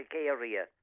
area